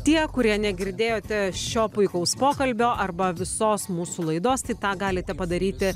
tie kurie negirdėjote šio puikaus pokalbio arba visos mūsų laidos tai tą galite padaryti